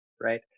right